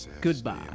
goodbye